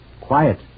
Quiet